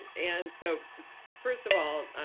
and and so first of all,